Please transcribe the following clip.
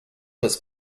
was